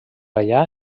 allà